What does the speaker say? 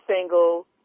Single